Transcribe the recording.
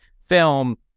film